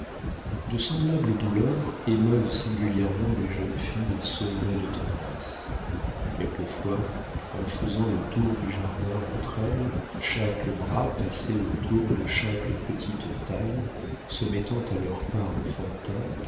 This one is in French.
de semblables douleurs émeuvent singulièrement des jeunes filles sevrées de tendresse quelquefois en faisant le tour du jardin entre elles chaque bras passé autour de chaque petite taille se mettant à leur pas